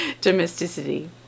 domesticity